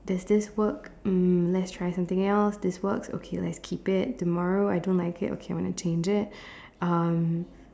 does this work um let's trying something else this works okay let's keep it tomorrow I don't like it okay I want to change it um